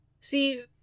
See